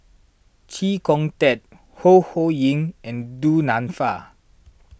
Chee Kong Tet Ho Ho Ying and Du Nanfa